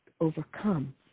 overcome